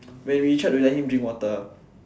when we tried to let him drink water